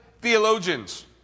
Theologians